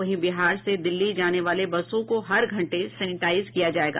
वहीं बिहार से दिल्ली जाने वाले बसों को हर घंटे सेनेटाइज किया जायेगा